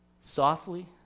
softly